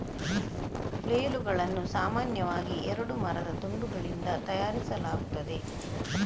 ಫ್ಲೇಲುಗಳನ್ನು ಸಾಮಾನ್ಯವಾಗಿ ಎರಡು ಮರದ ತುಂಡುಗಳಿಂದ ತಯಾರಿಸಲಾಗುತ್ತದೆ